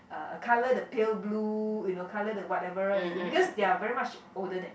uh colour the pale blue you know colour the whatever is because they are very much older than